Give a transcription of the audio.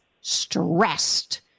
Stressed